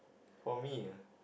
for me ah